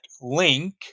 link